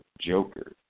Joker